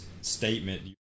Statement